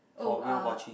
oh uh